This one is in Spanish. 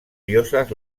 diosas